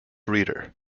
reader